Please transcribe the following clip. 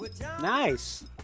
Nice